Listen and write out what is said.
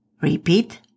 Repeat